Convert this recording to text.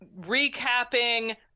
recapping